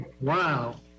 Wow